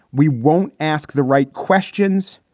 we won't ask the right questions.